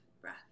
breath